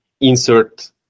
insert